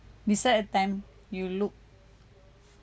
describe a time you took